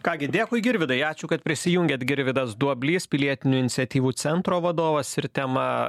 ką gi dėkui girvydai ačiū kad prisijungėt girvydas duoblys pilietinių iniciatyvų centro vadovas ir temą